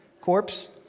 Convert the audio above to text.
corpse